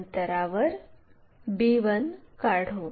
अंतरावर b1 काढू